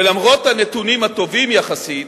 ולמרות הנתונים הטובים יחסית